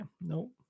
no